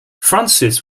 frances